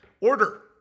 Order